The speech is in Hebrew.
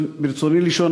ברצוני לשאול: